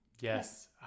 Yes